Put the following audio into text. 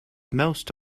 most